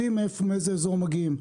יודעים מאיזה אזור מגיעים,